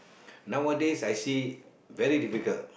nowadays I see very difficult